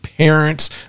Parents